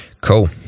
Cool